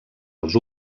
els